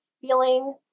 feeling